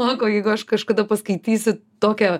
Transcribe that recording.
sako jeigu aš kažkada paskaitysiu tokią